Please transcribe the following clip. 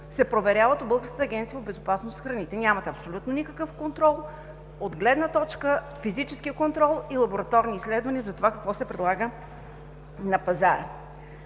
се проверяват единствено от Българската агенция по безопасност на храните. Няма абсолютно никакъв контрол от гледна точка физическия контрол и лабораторни изследвания за това какво се предлага на пазара.